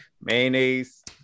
mayonnaise